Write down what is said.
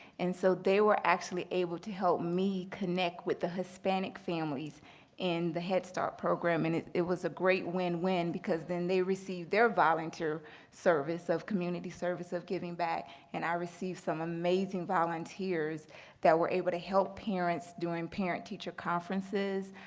and so they were actually able to help me connect with the hispanic families in the head start program. and it it was a great win-win, because then they received their volunteer service of community service of giving back, and i received some amazing volunteers that were able to help parents during parent-teacher conferences,